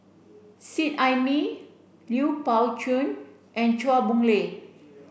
Seet Ai Mee Lui Pao Chuen and Chua Boon Lay